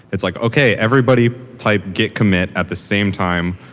it's like, okay. everybody type git commit at the same time,